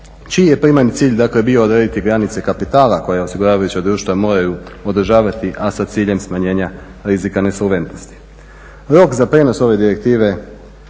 čiji je primarni cilj dakle bio odrediti granice kapitala koje osiguravajuća društva moraju održavati, a sa ciljem smanjenja rizika nesolventnosti. Rok za prijenos ove direktive